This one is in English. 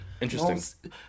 Interesting